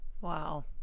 Wow